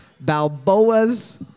Balboa's